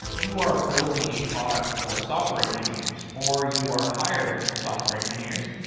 you are building a product for software engineers or you are hiring software engineers,